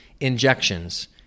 injections